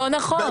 לא נכון.